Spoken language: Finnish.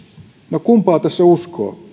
no kumpaa tässä uskoo